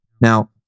now